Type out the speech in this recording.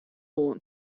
oan